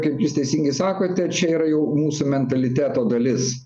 kaip jūs teisingai sakote čia yra jau mūsų mentaliteto dalis